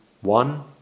one